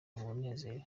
umunezero